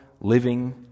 living